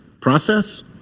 process